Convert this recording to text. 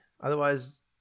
Otherwise